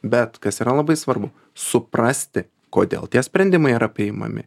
bet kas yra labai svarbu suprasti kodėl tie sprendimai yra priimami